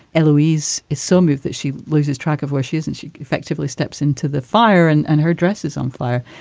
louise is so moved that she loses track of where she is and she effectively steps into the fire and and her dress is on fire.